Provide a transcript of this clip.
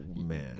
Man